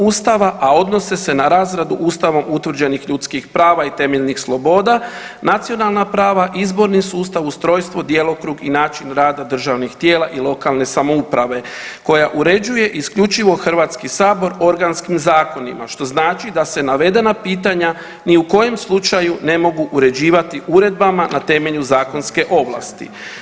Ustava, a odnose se na razradu Ustavom utvrđenih ljudskih prava i temeljnih sloboda, nacionalna prava, izborni sustav, ustrojstvo, djelokrug i način rada državnih tijela i lokalne samouprave koja uređuje isključivo HS organskim zakonima što znači da se navedena pitanja ni u kojem slučaju ne mogu uređivati uredbama na temelju zakonske ovlasti.